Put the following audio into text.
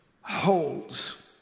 holds